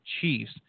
Chiefs